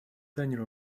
tenure